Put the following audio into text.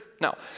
No